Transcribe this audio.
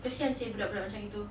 kesian seh budak-budak macam gitu